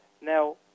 Now